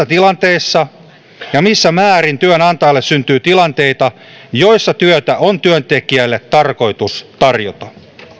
tilanteissa ja missä määrin työnantajalle syntyy tilanteita joissa työtä on työntekijälle tarkoitus tarjota